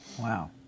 Wow